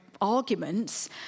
arguments